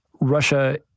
Russia